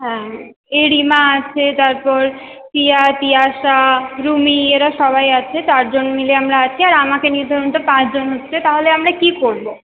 হ্যাঁ এই রিমা আছে তারপর টিয়া পিয়াসা রুমি এরা সবাই আছে চারজন মিলে আমরা আছি আর আমাকে নিয়ে ধরুন তো পাঁচজন হচ্ছে তাহলে আমরা কী করব